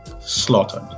slaughtered